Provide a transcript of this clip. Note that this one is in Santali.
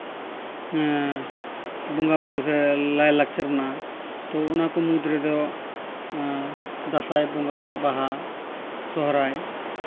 ᱵᱚᱸᱜᱟᱼᱵᱳᱨᱳ ᱥᱮ ᱞᱟᱭᱼᱞᱟᱠᱪᱟᱨ ᱢᱮᱱᱟᱜᱼᱟ ᱛᱚ ᱚᱱᱟ ᱠᱚ ᱢᱩᱫᱽ ᱨᱮᱫᱚ ᱫᱟᱸᱥᱟᱭ ᱵᱚᱸᱜᱟ ᱵᱟᱦᱟ ᱥᱚᱨᱦᱟᱭ